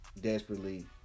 desperately